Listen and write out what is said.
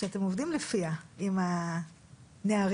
האוזן הקשבת,